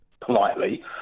politely